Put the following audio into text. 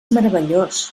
meravellós